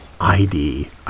ID